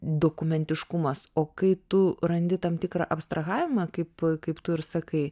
dokumentiškumas o kai tu randi tam tikrą abstrahavimą kaip kaip tu ir sakai